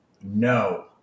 no